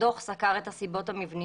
הדוח סקר את הסיבות המבניות,